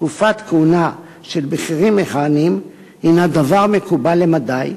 תקופת כהונה של בכירים מכהנים הינה דבר מקובל למדי,